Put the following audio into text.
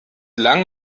lang